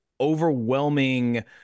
overwhelming